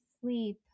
sleep